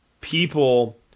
people